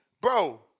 bro